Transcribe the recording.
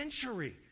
century